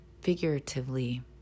figuratively